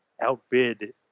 outbid